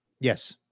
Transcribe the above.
Yes